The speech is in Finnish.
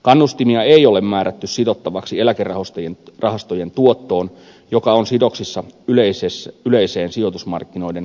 kannustimia ei ole määrätty sidottavaksi eläkerahastojen tuottoon joka on sidoksissa yleiseen sijoitusmarkkinoiden kehitykseen